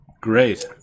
Great